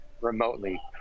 remotely